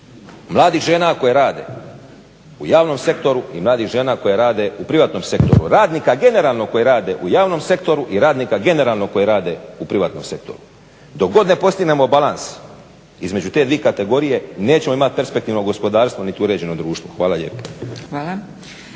mladih žena koje rade u javnom sektoru i mladih žena koje rade u privatnom sektoru. Radnika generalno koji rade u javnom sektoru i radnika generalno koji rade u privatnom sektoru. Dok god ne postignemo balans između te dvije kategorije nećemo imati perspektivno gospodarstvo niti uređeno društvo. Hvala lijepo.